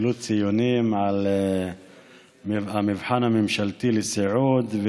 קיבלו ציונים על המבחן הממשלתי בסיעוד.